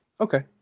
okay